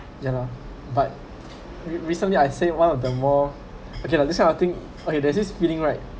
ya lah re~ recently I say one of the more okay lah this kind of thing okay there's this feeling right